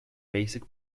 basic